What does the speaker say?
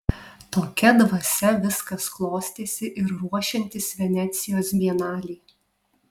tokia dvasia viskas klostėsi ir ruošiantis venecijos bienalei